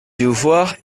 devoir